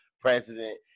President